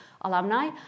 alumni